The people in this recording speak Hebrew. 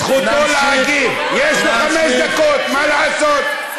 זכותו להגיב, יש לו חמש דקות, מה לעשות.